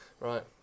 Right